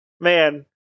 man